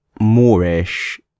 moorish